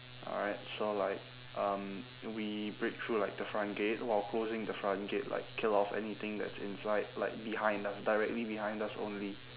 alright so like um we break through like the front gate while closing the front gate like kill off anything that's inside like behind us directly behind us only